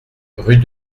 rue